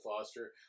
Foster